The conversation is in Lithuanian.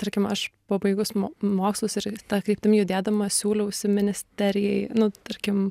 tarkim aš pabaigus mo mokslus ir ta kryptim judėdama siūliausi ministerijai nu tarkim